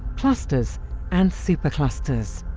clusters and super clusters.